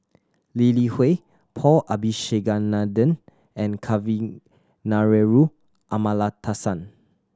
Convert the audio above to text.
Lee Li Hui Paul Abisheganaden and Kavignareru Amallathasan